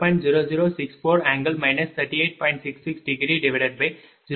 பின்னர் i3PL3 jQL3V30